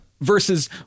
Versus